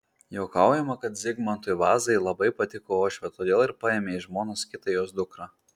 juokaujama kad zigmantui vazai labai patiko uošvė todėl ir paėmė į žmonas kitą jos dukrą